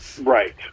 right